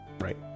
Right